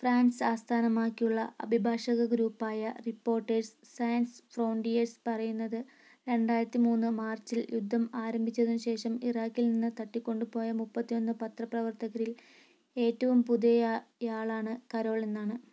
France ആസ്ഥാനമാക്കിയുള്ള അഭിഭാഷക group ആയ റിപ്പോർട്ടേഴ്സ് സാൻസ് ഫ്രോണ്ടിയേഴ്സ് പറയുന്നത് രണ്ടായിരത്തി മൂന്ന് മാർച്ചിൽ യുദ്ധം ആരംഭിച്ചതിനുശേഷം ഇറാഖിൽ നിന്ന് തട്ടിക്കൊണ്ടുപോയ മുപ്പത്തി ഒന്ന് പത്രപ്രവർത്തകരിൽ ഏറ്റവും പുതിയയാളാണ് കരോൾ എന്നാണ്